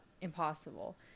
impossible